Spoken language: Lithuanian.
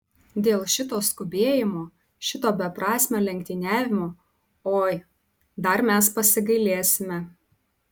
dėl šito skubėjimo šito beprasmio lenktyniavimo oi dar mes pasigailėsime